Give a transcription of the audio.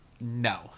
no